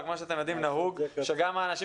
אבל כמו שאתם יודעים נהוג שגם האנשים